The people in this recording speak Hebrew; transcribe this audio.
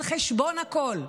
על חשבון הכול,